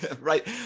Right